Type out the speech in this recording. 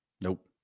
Nope